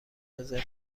رزرو